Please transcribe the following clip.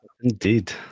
indeed